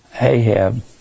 Ahab